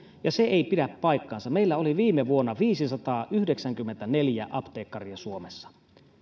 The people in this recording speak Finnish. ja se ei pidä paikkaansa meillä oli viime vuonna viisisataayhdeksänkymmentäneljä apteekkaria suomessa